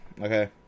Okay